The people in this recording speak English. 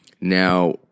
Now